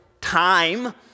time